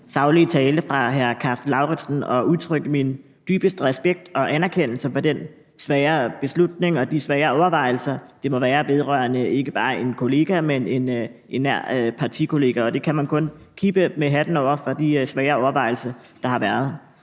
saglige tale fra hr. Karsten Lauritzen og udtrykke min dybeste respekt og anerkendelse for den svære beslutning og de svære overvejelser, det må være, vedrørende ikke bare en kollega, men en partikollega. Det kan man kun kippe med flaget over med de svære overvejelser, det må have været.